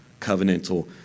covenantal